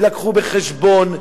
יובאו בחשבון,